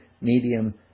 medium